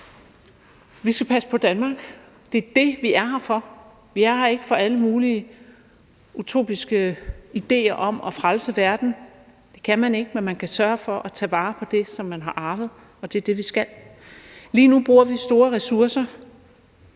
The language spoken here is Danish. Vi skal passe på Danmark. Det er det, vi er her for. Vi er her ikke for alle mulige utopiske ideer om at frelse verden. Det kan man ikke. Men man kan sørge for at tage vare på det, som man har arvet, og det er det, vi skal. Lige nu bruger vi store ressourcer